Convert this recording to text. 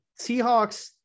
Seahawks